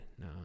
no